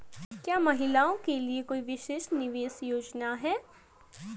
क्या महिलाओं के लिए कोई विशेष निवेश योजना है?